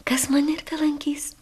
kas mane ir lankys